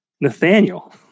Nathaniel